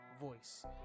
voice